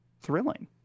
thrilling